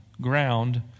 ground